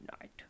night